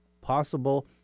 possible